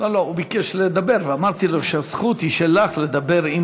ביקש לדבר, ואמרתי לו שהזכות היא שלך לדבר.